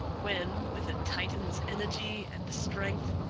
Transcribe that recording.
when, with a titan's energy and strength,